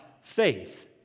faith